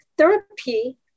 Therapy